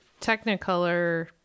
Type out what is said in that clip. technicolor